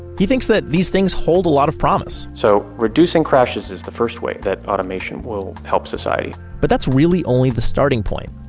he thinks that these things hold a lot of promise so reducing crashes is the first way that automation will help society but that's really only the starting point.